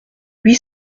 huit